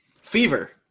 Fever